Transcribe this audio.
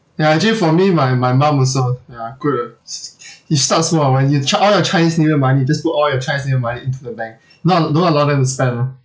ya actually for me my my mum also ya good ah he starts wha~ when you chi~ all your chinese new year money just put all your chinese new year money into the bank not don't allow them to spend orh